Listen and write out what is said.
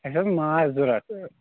اَسہِ اوس ماز ضوٚرتھ